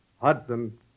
Hudson